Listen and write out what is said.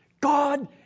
God